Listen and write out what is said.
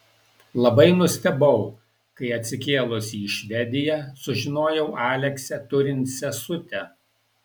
labai nustebau kai atsikėlusi į švediją sužinojau aleksę turint sesutę